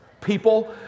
people